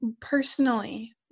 personally